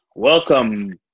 Welcome